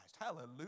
Hallelujah